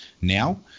now